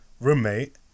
roommate